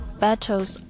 battles